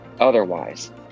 otherwise